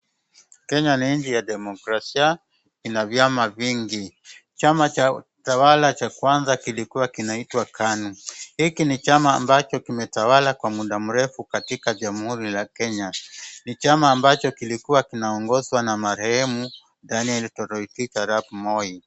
Kenya ni nchi ya demokrasia inavyama vingi. Chama tawala cha kwanza kilikuwa kinaitwa KANU.Hiki ni chama ambacho kimetawala kwa munda murefu katika jamhuri la Kenya. Ni chama ambacho kilikua kinaongozwa na marehemu Daniel Toroitich Arap Moi.